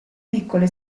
piccole